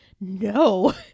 no